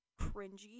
cringy